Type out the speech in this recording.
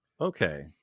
okay